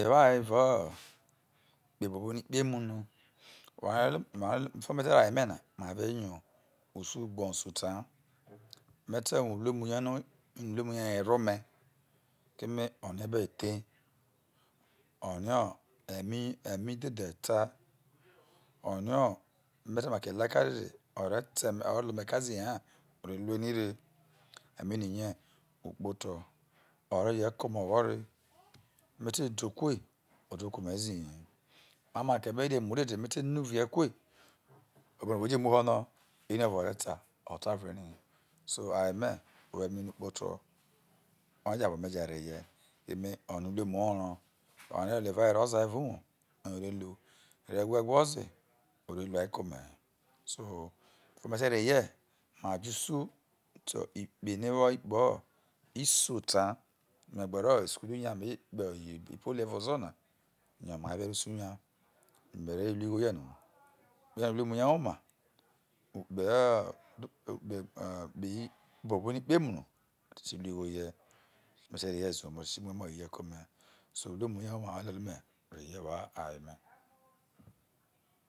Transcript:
Me wo aye evao ikpebuo no ikpemu oware noi before me tewo aye me name avie nya usu ogbenyusutao mete rue uru emu rie eme keme orie ebe ethei orie eme dhedhe ho eta orie mete make lae ekab dede ore tw eme o rela ome eka a he ha ore ru ere re eme unu rie okpoto obe jeke ome oghore me tedukueli oduka ome zuhe inakebe re emu dede mete nuvie kuei ore bono whe jemuho no ere ovo ore ta otu ure no so aye me o wo uma orie uruemo orrooiware noo helee evaw erere oza evao uwou oye ore ru ono ore wha ewho eeorerual ke ome he soi before mete me te rehei majousu te ikpe no ero ikpe isoi tao yome gbe isun kulu nya tao toa me je kpoho ipoli evao ozona yome avie rrousu nya mere ru irverus na urue murie woma ukpe buobuno ikpemu me tirulghorie mete rehei zio uwoume o te mu emo ho eye ome sourroemurie eoma gaga uruemu ayeme